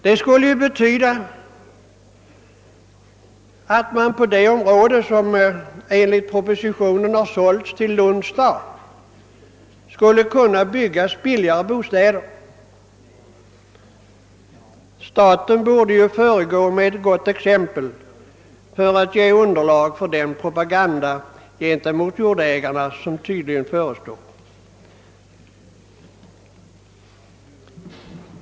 Det skulle ju betyda att det på det område som enligt propositionen har sålts till Lunds stad skulle kunna byggas billigare bostäder. Staten borde ju föregå med gott exempel för att ge underlag för den propaganda mot jordägarna som tydligen förestår.